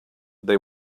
they